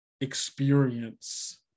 experience